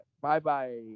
bye-bye